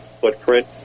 footprint